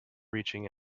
reaching